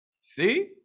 See